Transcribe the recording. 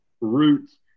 roots